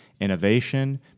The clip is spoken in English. Innovation